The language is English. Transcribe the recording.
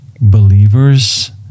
believers